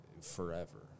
forever